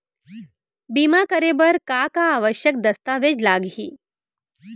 बीमा करे बर का का आवश्यक दस्तावेज लागही